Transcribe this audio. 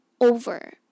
over